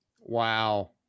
Wow